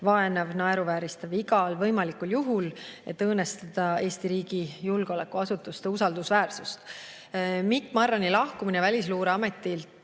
vaenav, naeruvääristav igal võimalikul juhul, et õõnestada Eesti riigi julgeolekuasutuste usaldusväärsust. Mikk Marrani lahkumine Välisluureameti